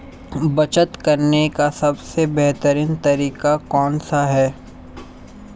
बचत करने का सबसे बेहतरीन तरीका कौन सा है?